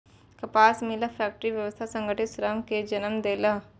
कपास मिलक फैक्टरी व्यवस्था संगठित श्रम कें जन्म देलक